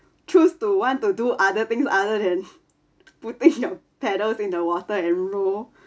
choose to want to do other things other than putting your pedal in the water and row